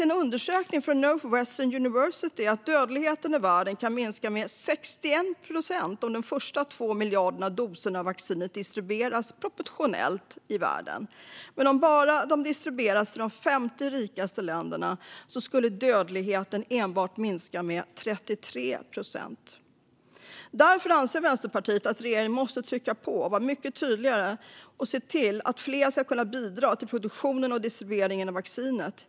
En undersökning från Northwestern University visar att dödligheten i världen kan minska med 61 procent om de första 2 miljarderna doser av vaccinet distribueras proportionellt i världen. Men om doserna distribueras bara i de 50 rikaste länderna skulle dödligheten minska med enbart 33 procent. Därför anser Vänsterpartiet att regeringen måste trycka på, vara mycket tydligare och se till att fler kan bidra till produktionen och distributionen av vaccinet.